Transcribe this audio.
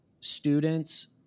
students